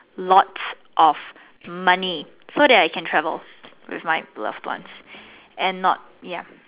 lots of money so that I can travel with my loved ones and not ya